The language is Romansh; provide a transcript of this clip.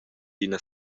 ina